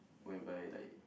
whereby like